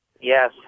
Yes